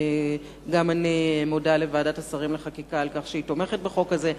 אני מודה לוועדת השרים לחקיקה על כך שהיא תומכת בחוק הזה,